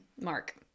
mark